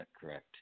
correct